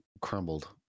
crumbled